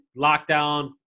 lockdown